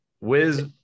Wiz